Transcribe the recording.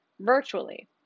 virtually